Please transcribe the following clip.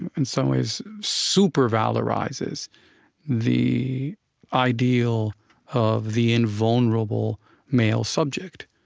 in some ways, super-valorizes the ideal of the invulnerable male subject.